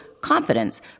confidence